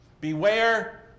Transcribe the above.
Beware